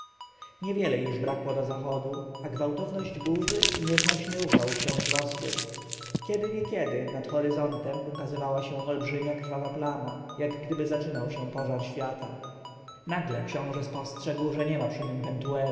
niewiele już brakło do zachodu słońca a gwałtowność burzy i nieznośny upał wciąż rosły od czasu do czasu nad horyzontem ukazywała się olbrzymia krwawa plama jakgdyby zaczynał się pożar świata nagle książę spostrzegł że niema przy nim pentuera